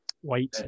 White